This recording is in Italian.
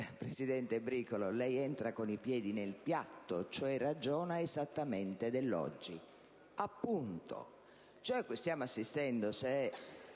presidente Bricolo, che lei «entra con i piedi nel piatto», cioè ragiona esattamente dell'oggi.